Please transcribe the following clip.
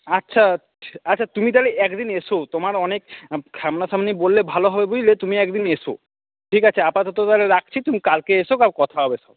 আচ্ছা আচ্ছা তুমি তাহলে একদিন এসো তোমার অনেক সামনাসামনি বললে ভালো হবে বুঝলে তুমি একদিন এসো ঠিক আছে আপাতত তাহলে রাখছি তুমি কালকে এসো কাল কথা হবে